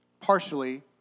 partially